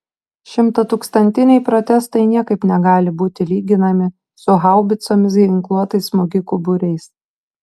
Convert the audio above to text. šimtatūkstantiniai protestai niekaip negali būti lyginami su haubicomis ginkluotais smogikų būriais